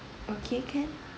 okay can